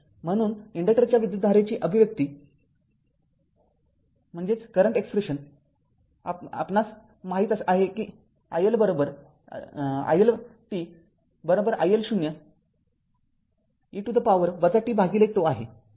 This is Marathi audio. म्हणून इन्डक्टरच्या विद्युतधारेची अभिव्यक्ती म्हणजे आपणास माहीत आहे कि iLt iL0 e to the power t τ आहे